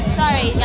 sorry